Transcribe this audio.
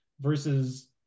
versus